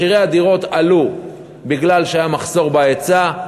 מחירי הדירות עלו כי היה מחסור בהיצע,